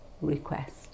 request